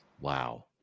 Wow